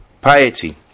piety